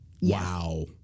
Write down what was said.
Wow